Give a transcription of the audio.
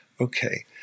okay